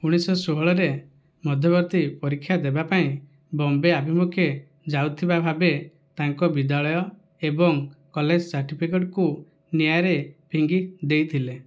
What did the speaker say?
ଉଣେଇଶ ଷୋହଳ ରେ ମଧ୍ୟବର୍ତ୍ତୀ ପରୀକ୍ଷା ଦେବା ପାଇଁ ବମ୍ବେ ଆଭିମୂଖେ ଯାଉଥିବା 'ଭାବେ' ତାଙ୍କ ବିଦ୍ୟାଳୟ ଏବଂ କଲେଜ ସାର୍ଟିଫିକେଟ୍କୁ ନିଆଁରେ ଫିଙ୍ଗି ଦେଇଥିଲେ